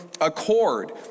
accord